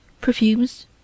perfumes